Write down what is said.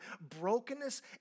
brokenness